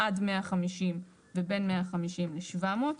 עד 150 ובין 150 ל-700.